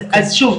אז שןב,